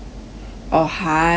orh hives